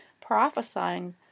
prophesying